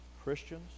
Christians